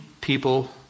people